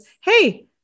Hey